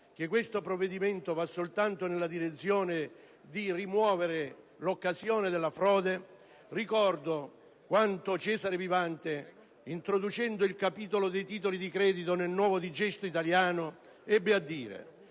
che questo provvedimento vada soltanto nella direzione di rimuovere l'occasione della frode, ricordo quanto Cesare Vivante, introducendo il capitolo dei titoli di credito nel nuovo digesto italiano, ebbe a dire: